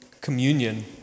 communion